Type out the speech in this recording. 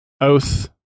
Oath